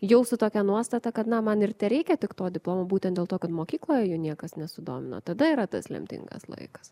jau su tokia nuostata kad na man ir tereikia tik to diplomo būtent dėl to kad mokykloje jo niekas nesudomino tada yra tas lemtingas laikas